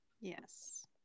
Yes